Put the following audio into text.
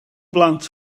blant